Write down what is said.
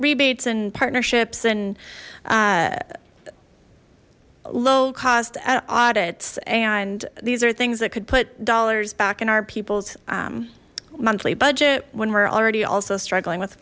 rebates and partnerships and low cost at audits and these are things that could put dollars back in our peoples monthly budget when we're already also struggling with